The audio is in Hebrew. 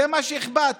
זה מה שאכפת